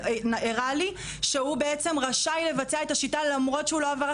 ניתוח פרטי, אם הוא טוב אז צריך להציע אותו לכולם.